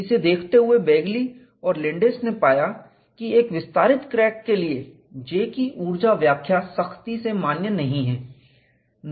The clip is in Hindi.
इसे देखते हुए बेगली और लैंडेस ने पाया कि एक विस्तारित क्रैक के लिए J की ऊर्जा व्याख्या सख्ती से मान्य नहीं है